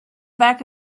back